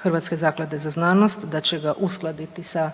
Hrvatske zaklade za znanost, da će ga uskladiti sa